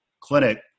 clinic